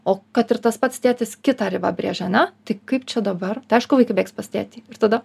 o kad ir tas pats tėtis kitą ribą brėžia ane tai kaip čia dabar tai aišku vaikai bėgs pas tėtį ir tada